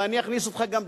ואני אכניס גם אותך,